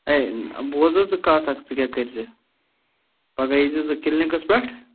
A بوز حظ ژٕ کَتھ اَکھ ژٕ کیٛاہ کٔرۍزِ پَگاہ یی زِ ژٕ کِلنِکَس پٮ۪ٹھ